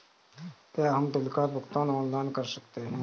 क्या हम बिल का भुगतान ऑनलाइन कर सकते हैं?